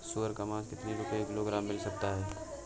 सुअर का मांस कितनी रुपय किलोग्राम मिल सकता है?